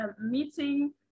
meeting